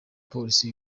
polisi